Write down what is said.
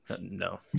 No